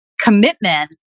commitment